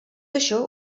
això